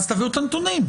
אז תביאו את הנתונים.